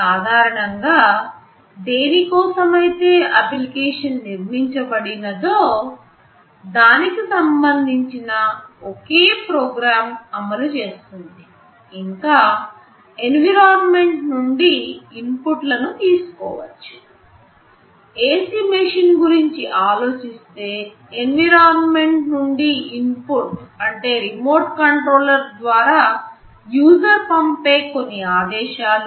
సాధారణం గా దేని కోసమైతే అప్లికేషన్ నిర్మించబడినదో దానికి సంబంధించిన ఒకే ప్రోగ్రామ్ను అమలు చేస్తుంది ఇంకా ఎన్విరాన్మెంట్ నుండి ఇన్పుట్లను తీసుకో వచ్చు ఏసీ మెషిన్ గురించి ఆలోచిస్తే ఎన్విరాన్మెంట్ నుండి ఇన్పుట్స్ అంటే రిమోట్ కంట్రోల్ ద్వారా యూజర్ పంపే కొన్ని ఆదేశాలు